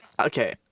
Okay